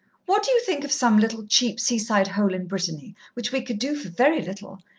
what do you think of some little, cheap seaside hole in brittany, which we could do for very little?